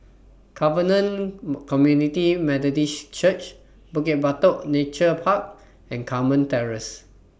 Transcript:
Covenant Community Methodist Church Bukit Batok Nature Park and Carmen Terrace